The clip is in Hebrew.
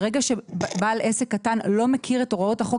ברגע שבעל עסק קטן לא מכיר את הוראות החוק,